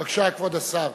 בבקשה, כבוד השר.